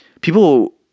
people